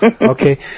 Okay